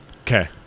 Okay